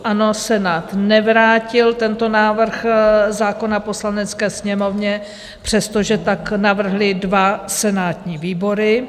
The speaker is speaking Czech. Ano, Senát nevrátil tento návrh zákona Poslanecké sněmovně, přestože tak navrhly dva senátní výbory.